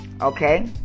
Okay